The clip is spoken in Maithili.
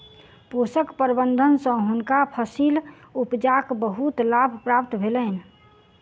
पोषक प्रबंधन सँ हुनका फसील उपजाक बहुत लाभ प्राप्त भेलैन